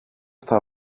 στα